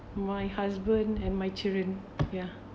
my husband and my children ya